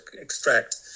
extract